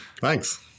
Thanks